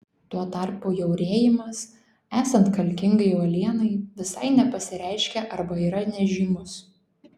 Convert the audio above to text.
tuo tarpu jaurėjimas esant kalkingai uolienai visai nepasireiškia arba yra nežymus